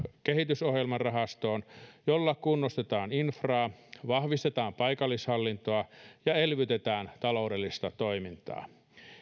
kehitysohjelman rahastoon jolla kunnostetaan infraa vahvistetaan paikallishallintoa ja elvytetään taloudellista toimintaa